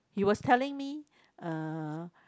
he was telling me uh